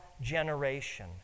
generation